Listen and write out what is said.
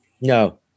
No